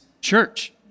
church